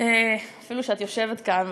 אפילו שאת יושבת כאן,